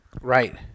Right